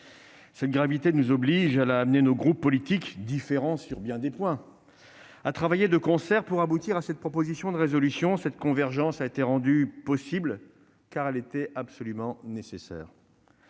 Cette gravité nous oblige ; elle a conduit nos groupes politiques, différents sur bien des points, à travailler de concert pour aboutir à cette proposition de résolution. Cette convergence a été rendue possible, car elle était absolument nécessaire.